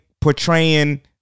portraying